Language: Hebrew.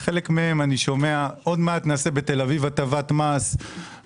חלק מהם אומרים: עוד מעט נעשה בתל אביב הטבת מס ובגבעתיים.